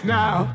now